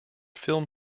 film